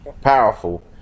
powerful